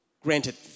granted